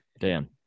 dan